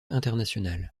international